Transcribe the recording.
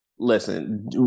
Listen